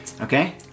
Okay